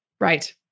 Right